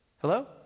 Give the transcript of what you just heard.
Hello